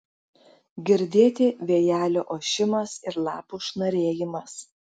girdėti vėjelio ošimas ir lapų šnarėjimas